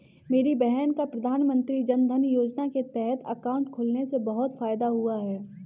मेरी बहन का प्रधानमंत्री जनधन योजना के तहत अकाउंट खुलने से बहुत फायदा हुआ है